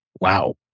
Wow